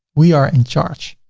we are in charge.